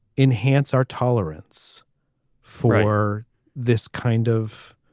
enhance our tolerance for this kind of